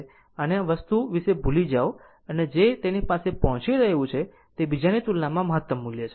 અને અન્ય વસ્તુ વિશે ભૂલી જાઓ જે એક તેની પાસે પહોંચી રહ્યું છે તે બીજાની તુલનામાં મહત્તમ મૂલ્ય છે